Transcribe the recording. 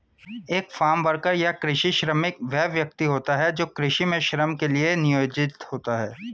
एक farm worker या कृषि श्रमिक वह व्यक्ति होता है जो कृषि में श्रम के लिए नियोजित होता है